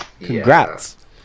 Congrats